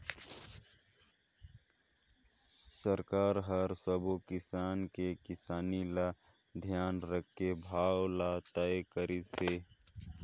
सरकार हर सबो किसान के किसानी ल धियान राखके भाव ल तय करिस हे